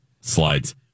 slides